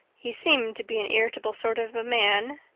he seems to be an irritable sort of a man.